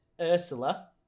Ursula